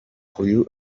uyu